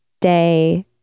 day